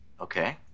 Okay